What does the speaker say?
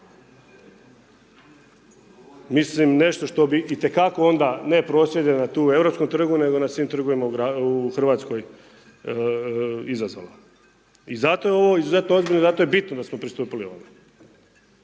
mislim nešto što bi itekako onda, ne prosvjede na tu Europskom trgu, nego na svim trgovima u Hrvatskoj izazvalo, i zato je ovo izuzetno ozbiljno, zato je bitno da smo pristupili ovome.